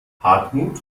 hartmut